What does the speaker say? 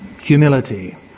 humility